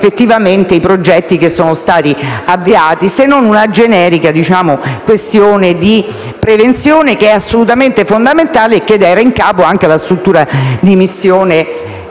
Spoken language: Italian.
effettivamente i progetti avviati, se non una generica questione di prevenzione assolutamente fondamentale, che era in capo anche alla struttura di missione